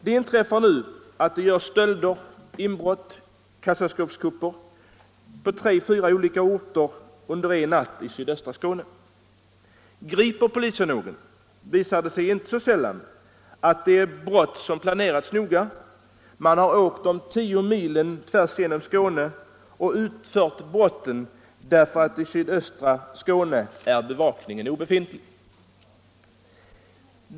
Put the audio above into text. Det inträffar nu att det begås stölder och görs inbrott och kassaskåpskupper på tre fyra olika platser under en natt i sydöstra Skåne. Griper polisen någon visar det sig inte så sällan att det är brott som planerats noga — man har åkt de tio milen tvärs genom Skåne och utfört brotten därför att i sydöstra Skåne är bevakningen obefintlig.